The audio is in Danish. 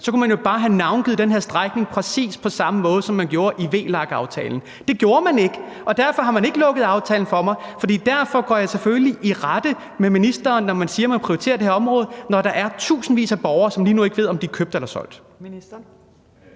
kunne man jo bare have navngivet den her strækning præcis på samme måde, som man gjorde i VLAK-aftalen. Det gjorde man ikke, og derfor har man ikke lukket aftalen for mig. Derfor går jeg selvfølgelig i rette med ministeren, når man siger, man prioriterer det her område, mens der er tusindvis af borgere, som lige nu ikke ved, om de er købt eller solgt. Kl.